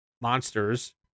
monsters